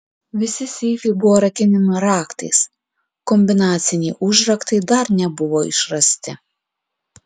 visi seifai buvo rakinami raktais kombinaciniai užraktai dar nebuvo išrasti